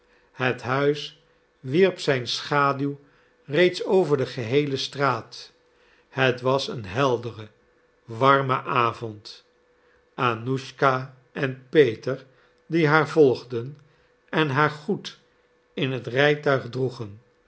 het huis wierp zijn schaduw reeds over de geheele straat het was een heldere warme avond annuschka en peter die haar volgden en haar goed in het rijtuig